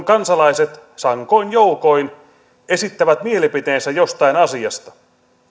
kansalaiset sankoin joukoin esittävät mielipiteensä jostain asiasta